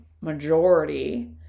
majority